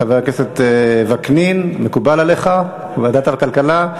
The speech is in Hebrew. חבר הכנסת וקנין, מקובל עליך ועדת הכלכלה?